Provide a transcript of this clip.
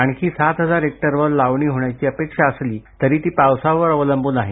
आणखी सात हजार हेक्टरवर लावणी होण्याची अपेक्षा असली तरी ती पावसावर अवलंबून आहे